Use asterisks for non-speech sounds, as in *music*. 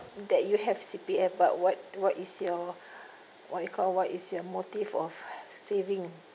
that you have C_P_F but what what is your *breath* what you call what is your motive of saving